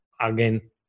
again